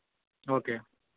okay